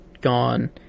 gone